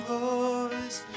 voice